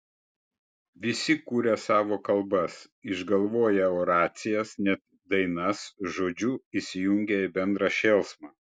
visi kuria savo kalbas išgalvoję oracijas net dainas žodžiu įsijungia į bendrą šėlsmą